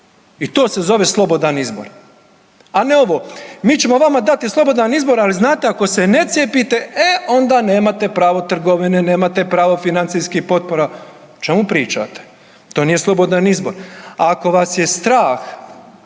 i to se zove slobodan izbor. A ne ovo mi ćemo vama dati slobodan izbor, ali znate ako se ne cijepite e onda nemate pravo trgovine, nemate pravo financijskih potpora, o čemu pričate, to nije slobodan izbor. Ako vas je strah